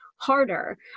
harder